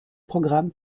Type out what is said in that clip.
programmes